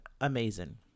Amazing